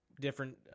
different